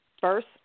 first